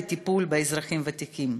לטיפול באזרחים הוותיקים.